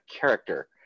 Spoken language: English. character